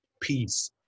peace